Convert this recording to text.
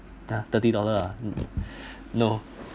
!huh! thirty dollar ah no